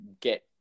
get